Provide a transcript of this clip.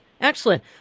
Excellent